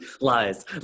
Lies